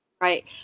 Right